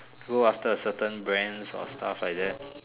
go after a certain brands or stuff like that